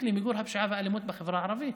למיגור הפשיעה והאלימות בחברה הערבית,